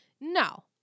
no